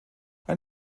ein